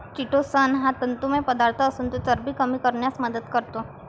chitosan हा तंतुमय पदार्थ असून तो चरबी कमी करण्यास मदत करतो